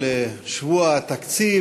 נכנסים לשבוע התקציב,